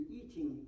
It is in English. eating